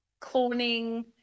cloning